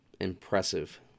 Impressive